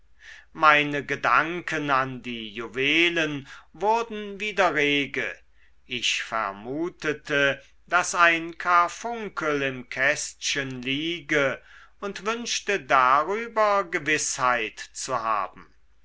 meine gedanken an die juwelen wurden wieder rege ich vermutete daß ein karfunkel im kästchen liege und wünschte darüber gewißheit zu haben